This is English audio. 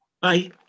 bye